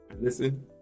Listen